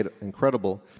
incredible